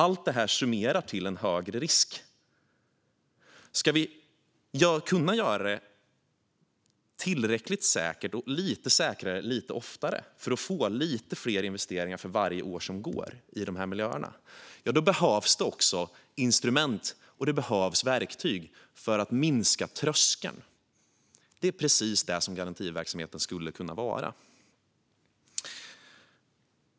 Allt detta summerar till en högre risk. Om vi ska kunna göra det tillräckligt säkert och lite säkrare lite oftare, för att få lite fler investeringar för varje år som går i dessa miljöer, behövs instrument, och det behövs verktyg för att sänka tröskeln. Det är precis detta som garantiverksamheten skulle kunna vara.